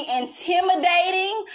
intimidating